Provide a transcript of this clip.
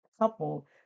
couple